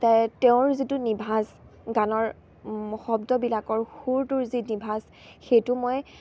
তেওঁৰ যিটো নিভাঁজ গানৰ শব্দবিলাকৰ সুৰটোৰ যি নিভাঁজ সেইটো মই